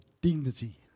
dignity